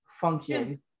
function